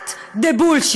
cut the bullshit,